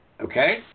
okay